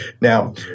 Now